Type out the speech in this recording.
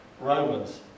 Romans